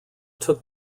took